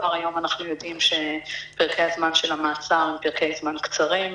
כבר היום אנחנו יודעים שפרקי הזמן של המעצר הם פרקי זמן קצרים,